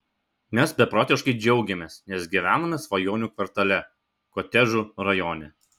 mes beprotiškai džiaugiamės nes gyvename svajonių kvartale kotedžų rajone